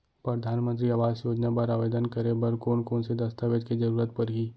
परधानमंतरी आवास योजना बर आवेदन करे बर कोन कोन से दस्तावेज के जरूरत परही?